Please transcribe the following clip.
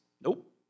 nope